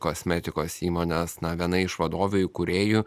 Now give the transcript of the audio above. kosmetikos įmonės na viena iš vadovių įkūrėjų